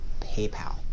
PayPal